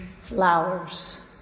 flowers